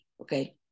okay